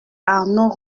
arnaud